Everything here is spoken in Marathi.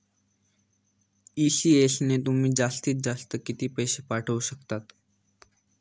ई.सी.एस ने तुम्ही जास्तीत जास्त किती पैसे पाठवू शकतात?